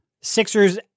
Sixers